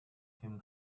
him